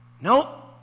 No